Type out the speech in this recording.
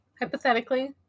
hypothetically